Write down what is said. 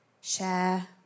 share